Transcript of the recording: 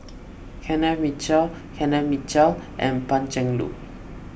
Kenneth Mitchell Kenneth Mitchell and Pan Cheng Lui